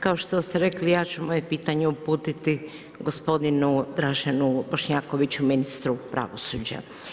Kao što ste rekli ja ću moje pitanje uputiti gospodinu Draženu Bošnjakoviću, ministru pravosuđa.